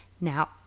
now